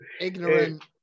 ignorant